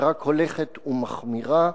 שרק הולכת ומחמירה.